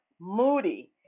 Moody